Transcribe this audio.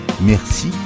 Merci